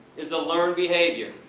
is a learned behavior.